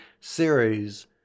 series